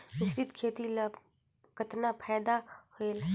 मिश्रीत खेती ल कतना फायदा होयल?